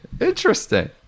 Interesting